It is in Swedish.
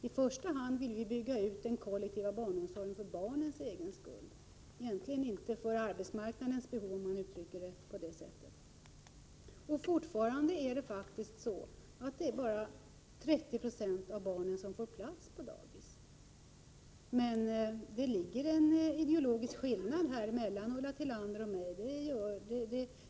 I första hand vill vi bygga ut den kollektiva barnomsorgen för barnens egen skull, inte för arbetsmarknadens behov. Det är fortfarande bara 30 90 av barnen som får plats på dagis. Det finns en ideologisk skillnad mellan Ulla Tillanders och min uppfattning.